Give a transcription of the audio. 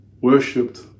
worshipped